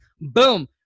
Boom